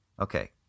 Okay